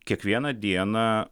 kiekvieną dieną